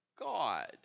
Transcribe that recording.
God